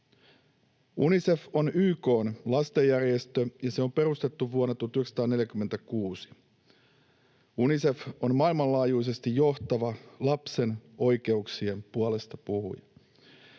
Unicef on YK:n lastenjärjestö, ja se on perustettu vuonna 1946. Unicef on maailmanlaajuisesti johtava lapsen oikeuksien puolestapuhuja.